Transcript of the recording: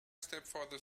stepfather